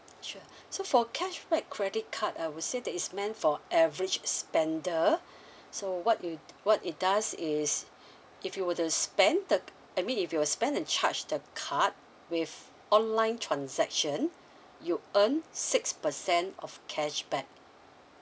sure so for cashback credit card I would say that is meant for average spender so what you what it does is if you would the spender I mean if you were spent and charged the card with online transaction you earned six percent of cashback